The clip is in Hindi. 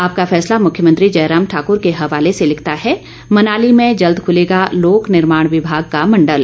आपका फैसला मुख्यमंत्री जयराम ठाकुर के हवाले से लिखता है मनाली में जल्द खुलेगा लोक निर्माण विभाग का मंडल